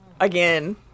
Again